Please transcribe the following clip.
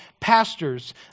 pastors